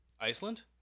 Iceland